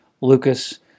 Lucas